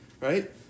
right